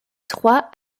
trois